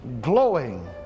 glowing